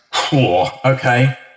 okay